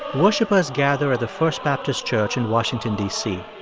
worshippers gather at the first baptist church in washington, d c.